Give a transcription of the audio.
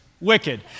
Wicked